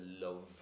love